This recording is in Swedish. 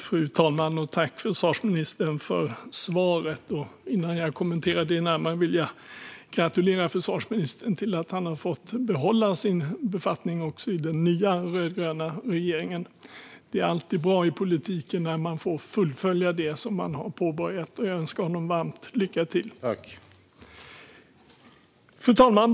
Fru talman! Jag tackar försvarsministern för svaret. Innan jag kommenterar det närmare vill jag gratulera försvarsministern till att han har fått behålla sin befattning också i den nya rödgröna regeringen. Det är alltid bra i politiken när man får fullfölja det som man har påbörjat. Jag önskar honom därför varmt lycka till. : Tack!) Fru talman!